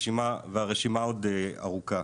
והרשימה עוד ארוכה.